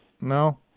no